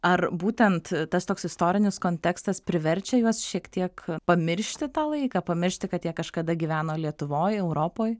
ar būtent tas toks istorinis kontekstas priverčia juos šiek tiek pamiršti tą laiką pamiršti kad jie kažkada gyveno lietuvoj europoj